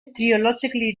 geologically